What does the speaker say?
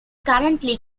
currently